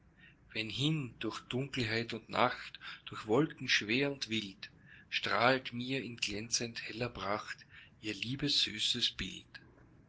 denn hin durch dunkelheit und nacht durch wolken schwer und wild strahlt mir in glänzend heller pracht ihr liebes süßes bild